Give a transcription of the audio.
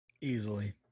easily